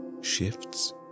shifts